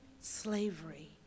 slavery